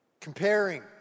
Comparing